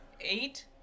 Eight